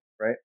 right